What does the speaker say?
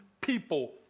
people